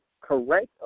correct